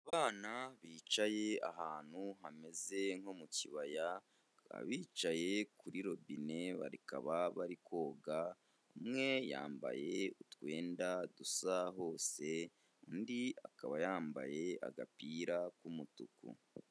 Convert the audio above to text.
Abana bicaye ahantu hameze nko mu kibaya bakaba bicaye kuri robine bakaba bari koga umwe yambaye utwenda dusa hose undi akaba yambaye agapira k'umutuku.